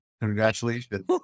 Congratulations